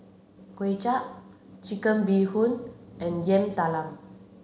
Kuay Chap Chicken Bee Hoon and Yam Talam